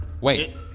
Wait